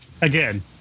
Again